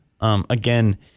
Again